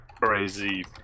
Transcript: ...crazy